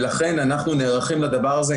ולכן אנחנו נערכים לדבר הזה,